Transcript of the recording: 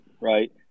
right